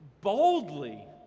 Boldly